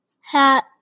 hat